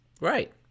Right